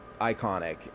iconic